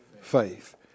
faith